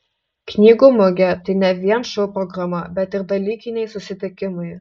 knygų mugė tai ne vien šou programa bet ir dalykiniai susitikimai